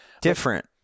Different